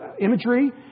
imagery